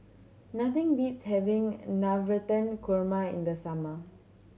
nothing beats having Navratan Korma in the summer